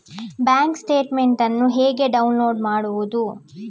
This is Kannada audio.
ಬ್ಯಾಂಕ್ ಸ್ಟೇಟ್ಮೆಂಟ್ ಅನ್ನು ಹೇಗೆ ಡೌನ್ಲೋಡ್ ಮಾಡುವುದು?